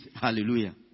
Hallelujah